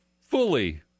fully